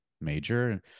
major